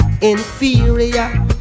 inferior